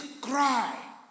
cry